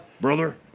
Brother